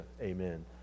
amen